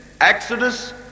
Exodus